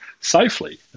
safely